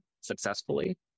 successfully